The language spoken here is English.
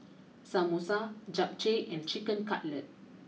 Samosa Japchae and Chicken Cutlet